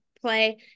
play